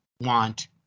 want